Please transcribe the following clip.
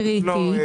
קריטי.